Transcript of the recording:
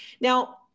Now